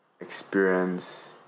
experience